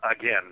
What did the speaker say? again